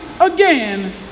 again